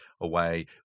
away